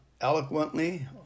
eloquently